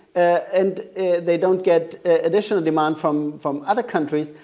and they don't get initial demand from from other countries,